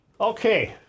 Okay